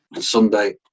Sunday